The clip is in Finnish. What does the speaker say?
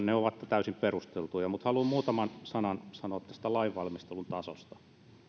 ne ovat täysin perusteltuja mutta haluan muutaman sanan sanoa tästä lainvalmistelun tasosta